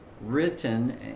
written